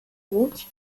woot